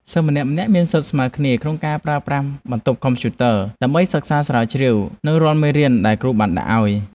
សិស្សម្នាក់ៗមានសិទ្ធិស្មើគ្នាក្នុងការប្រើប្រាស់បន្ទប់កុំព្យូទ័រ ដើម្បីសិក្សាស្រាវជ្រាវនូវរាល់មេរៀនដែលគ្រូបានដាក់ឱ្យ។